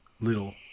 Little